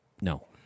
No